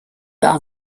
are